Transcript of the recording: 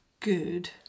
good